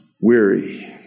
weary